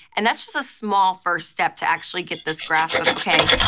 and that's just a small first step to actually get this grasp of, okay,